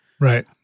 Right